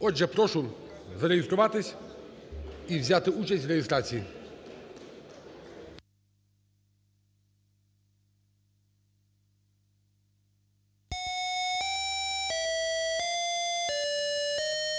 Отже, прошу зареєструватися і взяти участь в реєстрації.